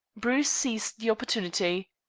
bruce seized the opportunity.